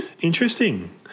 Interesting